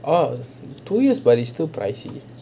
oh two years but it's still pricey